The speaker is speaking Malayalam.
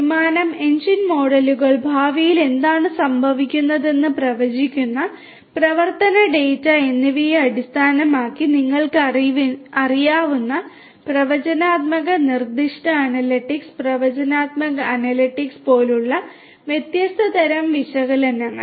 വിമാനം എഞ്ചിൻ മോഡലുകൾ ഭാവിയിൽ എന്താണ് സംഭവിക്കുന്നതെന്ന് പ്രവചിക്കുന്ന പ്രവർത്തന ഡാറ്റ എന്നിവയെ അടിസ്ഥാനമാക്കി നിങ്ങൾക്ക് അറിയാവുന്ന പ്രവചനാത്മക നിർദ്ദിഷ്ട അനലിറ്റിക്സ് പ്രവചനാത്മക അനലിറ്റിക്സ് പോലുള്ള വ്യത്യസ്ത തരം വിശകലനങ്ങൾ